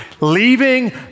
leaving